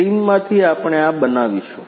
ક્રીમમાંથી આપણે આ બનાવીશું